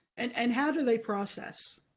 and and how do they process?